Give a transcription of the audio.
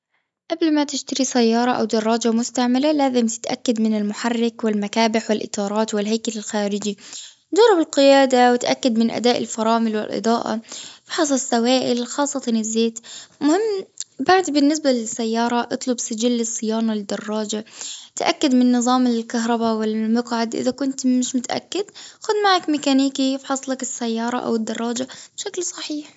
قبل ما تشتري سيارة أو دراجة مستعملة لازم تتأكد من المحرك والمكابح والأطارات والهيكل الخارجي. جرب القيادة وتأكد من أداء الفرامل والأضاءة. لاحظ السوائل خاصة الزيت. المهم بعد بالنسبة للسيارة أطلب سجل الصيانة للدراجة. تأكد من نظام الكهربا و المقعد إذا كنت مش متأكد خذ معك ميكانيكي بفحصلك السيارة أو الدراجة بشكل صحيح.